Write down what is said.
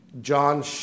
John